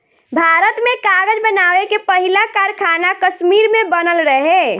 भारत में कागज़ बनावे के पहिला कारखाना कश्मीर में बनल रहे